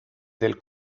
del